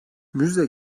müze